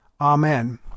Amen